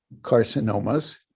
carcinomas